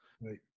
Right